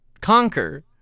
Conquer